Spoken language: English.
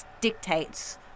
dictates